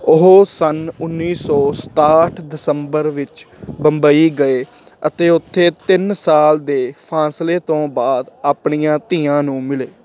ਉਹ ਸੰਨ ਉੱਨੀ ਸੌ ਸਤਾਹਠ ਦਸੰਬਰ ਵਿੱਚ ਬੰਬਈ ਗਏ ਅਤੇ ਉੱਥੇ ਤਿੰਨ ਸਾਲ ਦੇ ਫਾਸਲੇ ਤੋਂ ਬਾਅਦ ਆਪਣੀਆਂ ਧੀਆਂ ਨੂੰ ਮਿਲੇ